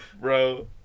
bro